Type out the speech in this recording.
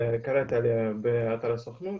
קראתי עליה באתר הסוכנות,